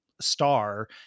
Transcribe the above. star